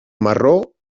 marró